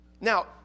Now